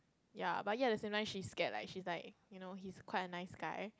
ya but yet the same time she's scared like she's like you know he's quite a nice guy